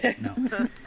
no